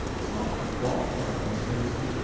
it's not a plot or a conspiracy.